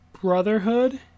Brotherhood